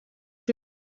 you